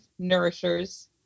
nourishers